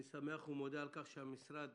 אני שמח ומודה על כך שהמשרד